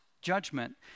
judgment